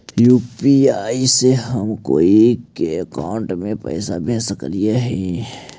UPI से हम कोई के अकाउंट में पैसा भेज सकली ही?